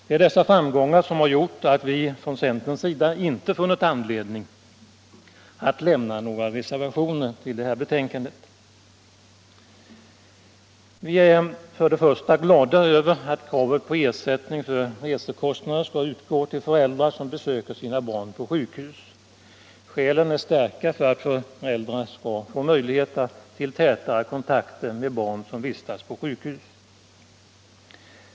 Det är dessa framgångar som gjort att vi från centerns sida inte funnit anledning att lämna några reservationer till betänkandet. Vi är först och främst glada över att kravet på ersättning för resekostnader till föräldrar som besöker sina barn på sjukhus har tillgodosetts. Skälen är starka för att föräldrarna skall få möjligheter till täta kontakter med barn som vistas på sjukhus.